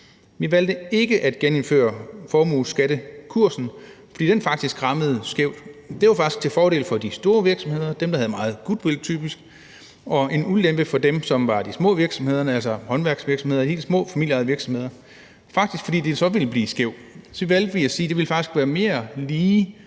Vi valgte ikke at genindføre formueskattekursen, fordi den faktisk ramte skævt. Det var faktisk til fordel for de store virksomheder, dem, der havde meget goodwill typisk, og en ulempe for dem, der var de små virksomheder – altså håndværksvirksomheder og helt små familieejede virksomheder. Fordi det ville blive skævt, valgte vi at sige, at det faktisk ville være mere lige,